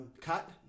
cut